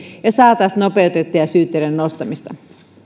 ja saisimme nopeutettua syytteiden nostamista